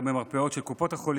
גם במרפאות של קופות החולים.